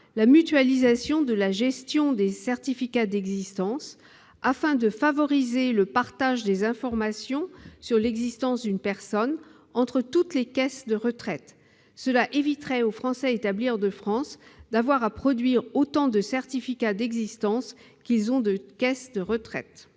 la mutualisation de la gestion des certificats d'existence, afin de favoriser le partage des informations sur l'existence d'une personne entre toutes les caisses de retraite. Cela éviterait aux Français établis de France d'avoir à produire autant de certificats d'existence que de caisses de retraite